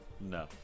No